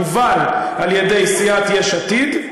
הובל על-ידי סיעת יש עתיד,